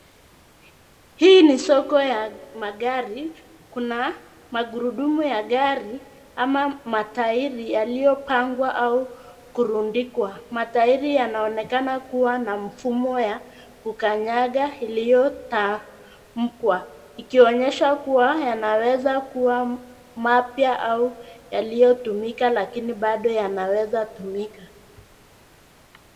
Hii ni soko ya magari, kuna magurudumu ya gari ama matairi yaliyopangwa au kurundikwa. Matairi yanaonekana kua na mfumo ya kukanyaga iliyotamkwa, ikionyesha kua yanaweza kua mapya au yaliyotumika lakini bado yanaweza tumika.